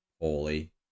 poorly